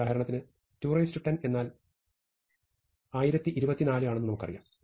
ഉദാഹരണത്തിന് 210 എന്നാൽ 1024 ആണെന്ന് നമുക്കറിയാം